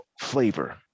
flavor